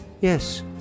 Yes